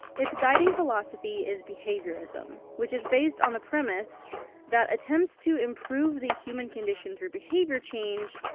its guiding philosophy is behaviorism, which is based on the premise that attempts to improve the human condition through behavior change,